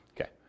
Okay